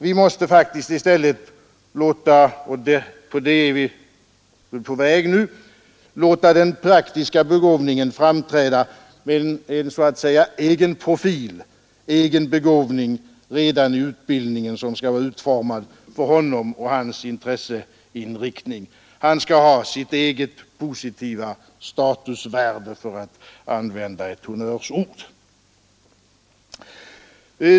Vi måste faktiskt i stället låta den praktiskt begåvade — och dit är vi nu på väg — framträda med så att säga egen profil, sin egen begåvning, redan i utbildningen, utformad för honom och hans intresseinriktning. Han skall ha sitt eget positiva statusvärde, för att använda ett honnörsord.